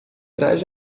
trás